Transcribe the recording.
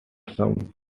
some